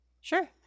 Sure